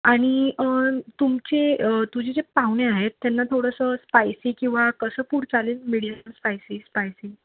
आणि तुमचे तुझे जे पाहुणे आहेत त्यांना थोडंसं स्पायसी किंवा कसं फूड चालेल मिडीयम स्पायसी स्पायसी